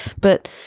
But-